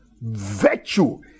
virtue